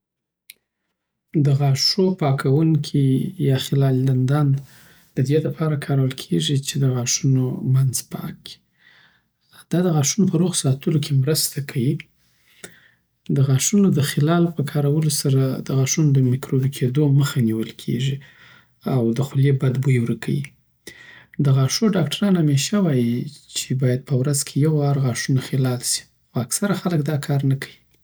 د غاښونو پاکوونکي يا خلال دندان د دې لپاره کارول کېږي چې د غاښونومنځ پاک کړي. دا د غاښونو په ورغ ساتلو کې مرسته کوي. دغاښونو د خلال په کارولو سره د غاښونو د مکروبی کیدو مخه نیول کیږی او د خولې بد بوي ورکوی دغاښو ډاکتران همیشه وایی چی باید په ورځ کی یو وار غاښونه خلال سی خو اکثره خلک دا کار نکوی